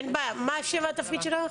מה התפקיד שלך?